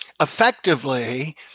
effectively